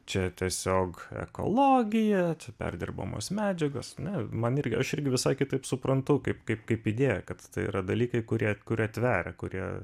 čia tiesiog ekologija čia perdirbamos medžiagos ane man irgi aš irgi visai kitaip suprantu kaip kaip kaip idėją kad tai yra dalykai kurie kuria tveria kurie